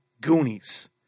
Goonies